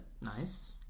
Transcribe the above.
nice